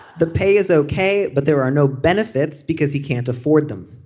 the pay is ok but there are no benefits because he can't afford them.